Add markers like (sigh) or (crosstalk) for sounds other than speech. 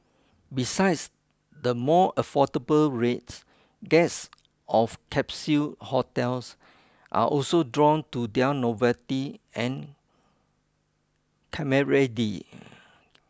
besides the more affordable rates guests of capsule hotels are also drawn to their novelty and (unintelligible)